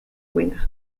winger